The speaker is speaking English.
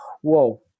Whoa